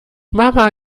mama